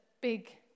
big